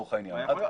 לצורך העניין.